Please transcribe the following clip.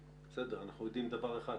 אנחנו יודעים דבר אחד.